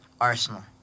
Arsenal